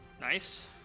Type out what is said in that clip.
Nice